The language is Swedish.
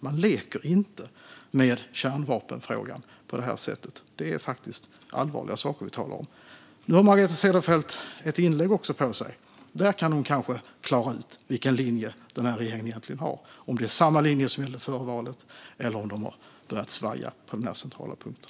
Man leker inte med kärnvapenfrågan på det här sättet. Det är faktiskt allvarliga saker vi talar om. Margareta Cederfelt har ett inlägg framför sig. Där kan hon kanske klara ut vilken linje den här regeringen egentligen har - om det är samma linje som före valet eller om man har börjat svaja på den här centrala punkten.